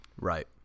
Right